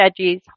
veggies